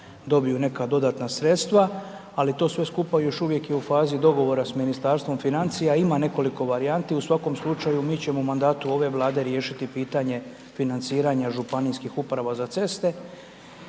dobiju neka dodatna sredstva, ali to sve skupa još uvijek je u fazi dogovora s Ministarstvom financija, ima nekoliko varijanti, u svakom slučaju mi ćemo u mandatu ove Vlade riješiti pitanje financiranja županijskih uprava za ceste.